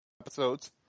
episodes